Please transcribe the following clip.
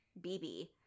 BB